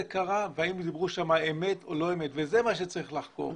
קרה והאם דיברו שם אמת או לא אמת ואת זה צריך לחקור.